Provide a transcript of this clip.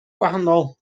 gwahanol